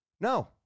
No